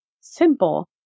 simple